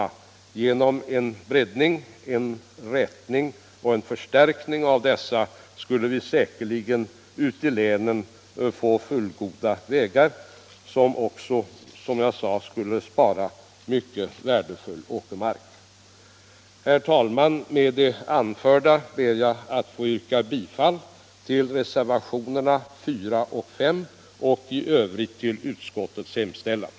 Genom breddning, rätning och förstärkning av dessa sträckor skulle vi säkert få fullgoda vägar ute i länen, vilket också som jag nämnde skulle spara mycket värdefull åkermark. Herr talman! Med det anförda ber jag att få yrka bifall till reservationerna 4 och S. I övrigt yrkar jag bifall till utskottets hemställan.